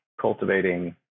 cultivating